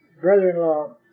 Brother-in-law